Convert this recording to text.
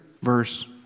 verse